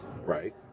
Right